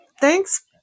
thanks